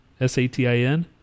S-A-T-I-N